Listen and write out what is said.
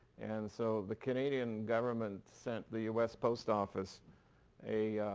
and so the canadian government sent the us post office a,